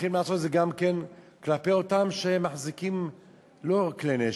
שצריכים לעשות את זה גם כן לא רק כלפי אלה שמחזיקים כלי נשק,